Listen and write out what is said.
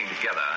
together